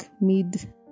mid